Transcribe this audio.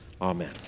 Amen